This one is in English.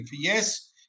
yes